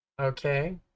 Okay